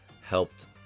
helped